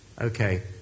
Okay